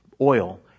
oil